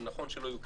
נכון שלא יהיו קנסות.